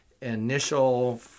initial